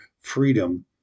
freedom